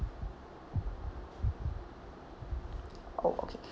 oh okay